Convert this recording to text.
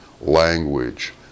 language